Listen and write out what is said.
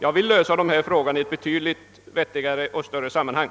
Jag vill lösa dessa frågor i ett betydligt vettigare och större sammanhang.